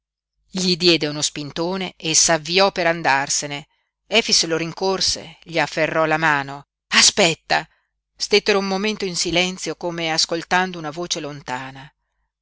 gli diede uno spintone e s'avviò per andarsene efix lo rincorse gli afferrò la mano aspetta stettero un momento in silenzio come ascoltando una voce lontana